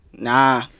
Nah